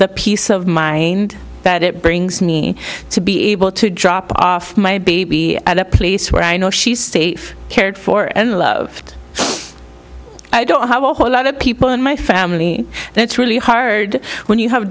t peace of mind that it brings me to be able to drop off my baby at a place where i know she's safe cared for and loved i don't have a whole lot of people in my family and it's really hard when you have